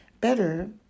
better